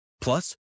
Plus